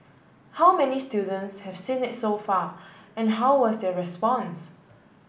how many students have seen it so far and how was their response